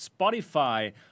Spotify